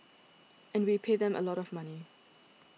and we pay them a lot of money